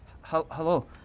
Hello